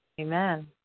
Amen